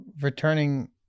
returning